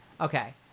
Okay